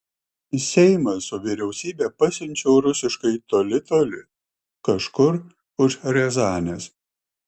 seimą su vyriausybe pasiunčiau rusiškai toli toli kažkur už riazanės